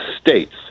States